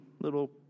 little